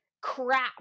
crap